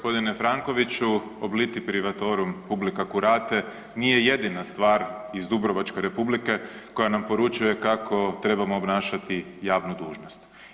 Poštovani g. Frankoviću „Obliti privatorum publica curate“ nije jedina stvar iz Dubrovačke Republike koja nam poručuje kako trebamo obnašati javnu dužnost.